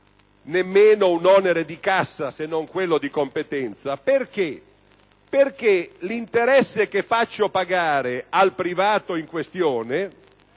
(nemmeno un onere di cassa, se non di competenza), perché l'interesse che faccio pagare al privato in questione